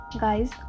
Guys